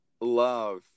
love